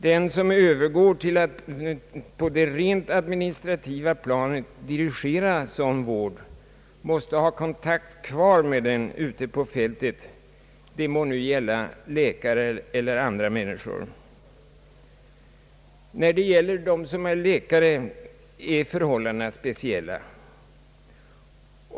Den som övergår till att på det rent administrativa planet dirigera sådan vård måste ha kontakt kvar med den ute på fältet. Det må nu gälla läkare eller andra. För läkare är förhållandena speciella.